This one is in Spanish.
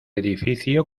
edificio